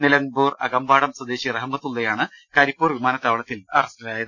നില മ്പൂർ അകമ്പാടം സ്വദേശി റഹ്മത്തുള്ളയാണ് കരിപ്പൂർ വിമാനത്താവളത്തിൽ അറസ്റ്റിലായത്